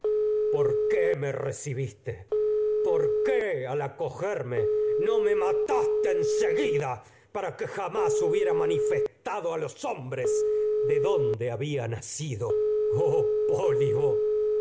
por qué no recibiste por qué al para que acogerme hubiera cido me mataste a en seguida de jamás na manifestado los hombres dónde había oh pólibo